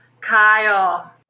Kyle